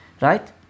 right